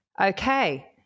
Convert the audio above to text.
Okay